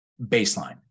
baseline